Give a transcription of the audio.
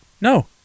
No